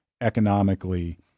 economically